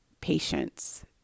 patience